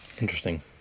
Interesting